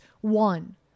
one